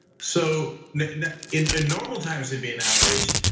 so in normal times, it'd be an outrage,